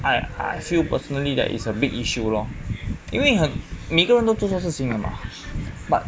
I I feel personally there that it's a big issue 咯因为每个人都做错事情的吗